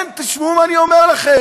כן, תשמעו מה אני אומר לכם.